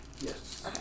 Yes